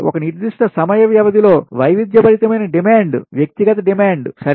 ఒక నిర్దిష్ట సమయ వ్యవధిలో వైవిధ్యభరితమైన డిమాండ్కు వ్యక్తిగత డిమాండ్ సరే